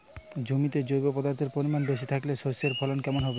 জমিতে জৈব পদার্থের পরিমাণ বেশি থাকলে শস্যর ফলন কেমন হবে?